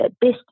best